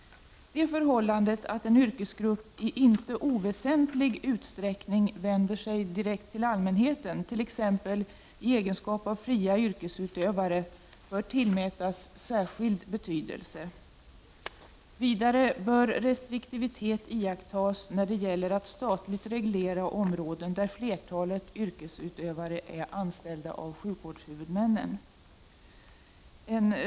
Det förhållandet att en yrkesgrupp i inte oväsentlig utsträckning vänder sig direkt till allmänheten, t.ex. såsom fria yrkesutövare, bör tillmätas särskild betydelse. Vidare bör restriktivitet iakttas när det gäller att statligt reglera områden där flertalet yrkesutövare är anställda av sjukvårdshuvudmännen.